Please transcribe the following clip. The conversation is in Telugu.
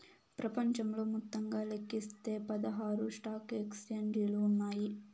ప్రపంచంలో మొత్తంగా లెక్కిస్తే పదహారు స్టాక్ ఎక్స్చేంజిలు ఉన్నాయి